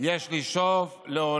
בשביל זה אתם רוצים יועץ משפטי?